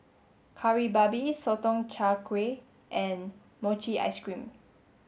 Kari Babi Sotong Char Kway and Mochi ice cream